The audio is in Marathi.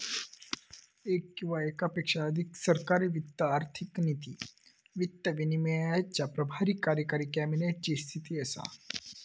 येक किंवा येकापेक्षा अधिक सरकारी वित्त आर्थिक नीती, वित्त विनियमाचे प्रभारी कार्यकारी कॅबिनेट ची स्थिती असा